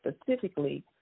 specifically